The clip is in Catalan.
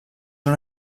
una